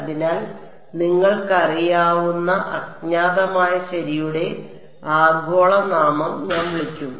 അതിനാൽ നിങ്ങൾക്കറിയാവുന്ന അജ്ഞാതമായ ശരിയുടെ ആഗോള നാമം ഞാൻ വിളിക്കും